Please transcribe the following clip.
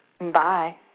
bye